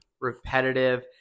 repetitive